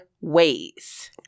ways